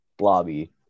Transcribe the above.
lobby